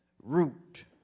root